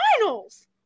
finals